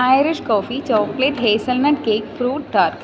irish coffee chocolate hazelnut cake fruit dark